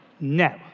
no